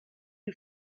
who